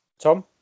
Tom